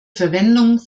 verwendung